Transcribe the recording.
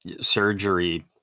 surgery